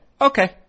Okay